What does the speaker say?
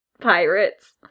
pirates